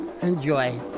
Enjoy